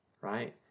right